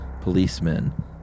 Policemen